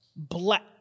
black